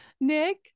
Nick